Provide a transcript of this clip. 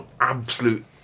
absolute